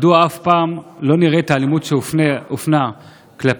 מדוע אף פעם לא נראה את האלימות שהופנתה כלפי